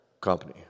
company